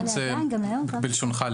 בלשונך,